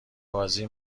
بازی